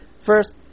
First